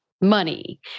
Money